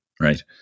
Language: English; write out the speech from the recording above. right